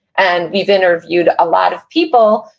and we've interviewed a lot of people,